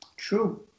True